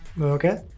Okay